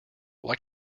why